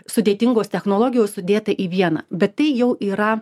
sudėtingos technologijos sudėta į vieną bet tai jau yra